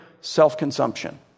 self-consumption